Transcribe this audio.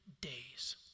days